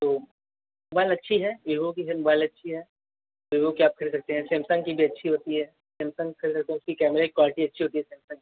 तो मोबाइल अच्छी है विवो की है मोबाइल अच्छी है विवो की आप खरीद सकते हैं सैमसंग की भी अच्छी होती है सैमसंग खरीदें तो उसकी कैमरे की क्वालिटी अच्छी होती है सैमसंग की